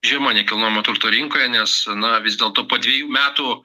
žiema nekilnojamo turto rinkoje nes na vis dėlto po dvejų metų